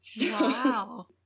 Wow